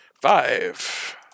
Five